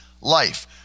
life